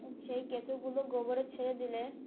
সেই কেঁচোগুলো গোবরে ছেড়ে দিলে